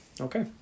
Okay